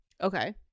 Okay